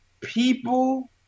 people –